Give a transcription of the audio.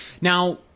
Now